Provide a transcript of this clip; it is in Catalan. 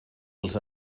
els